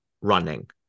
running